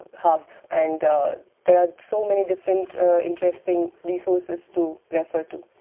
hub and there are so many different interesting resources to refer to.